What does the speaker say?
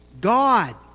God